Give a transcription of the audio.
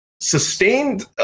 sustained